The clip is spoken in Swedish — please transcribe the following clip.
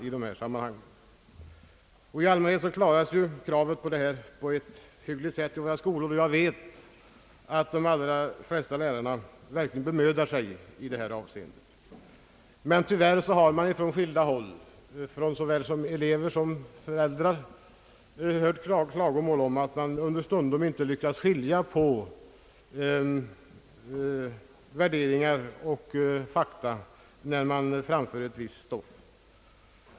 I allmänhet tillfredsställs ju detta krav på ett hyggligt sätt i våra skolor, och jag vet att de allra flesta lärare verkligen bemödar sig i detta avseende. Tyvärr har emellertid såväl elever som föräldrar framfört klagomål om att lärare ibland icke lyckas skilja mellan värderingar och fakta när de framför ett visst stoff.